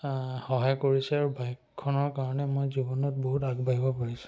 সহায় কৰিছে আৰু বাইকখনৰ কাৰণে মই জীৱনত বহুত আগবাঢ়িব পাৰিছোঁ